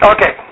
Okay